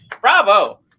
bravo